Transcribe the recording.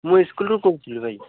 ମୁଁ ସ୍କୁଲରୁ କହୁଥିଲି ଭାଇ